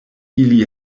ili